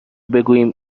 بگوییم